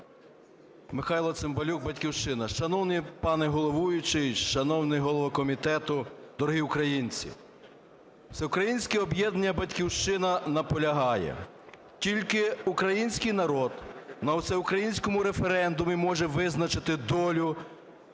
Михайло Цимбалюк, "Батьківщина". Шановний пане головуючий, шановний голово комітету, дорогі українці, "Всеукраїнське об'єднання "Батьківщина" наполягає: тільки український народ на всеукраїнському референдумі може визначити долю